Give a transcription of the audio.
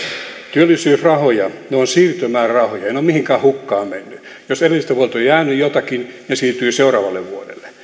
työllisyysrahat ovat siirtymärahoja eivät ne ole mihinkään hukkaan menneet jos edelliseltä vuodelta on jäänyt jotakin ne siirtyvät seuraavalle vuodelle